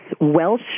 Welsh